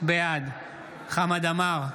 בעד חמד עמאר,